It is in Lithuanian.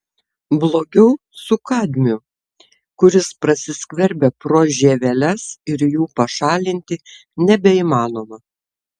blogiau su kadmiu kuris prasiskverbia pro žieveles ir jų pašalinti nebeįmanoma